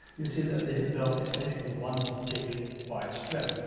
you see that the hip belt, it's basically one big wide strip.